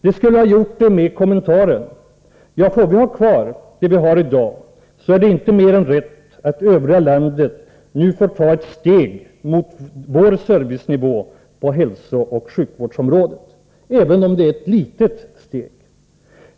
De skulle ha gjort det med kommentaren: Ja, får vi har kvar det vi har i dag, så är det inte mer än rätt att övriga landet nu får ta ett steg mot vår servicenivå på hälsooch sjukvårdsområdet — även om det är ett litet steg.